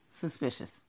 suspicious